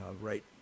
right